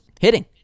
hitting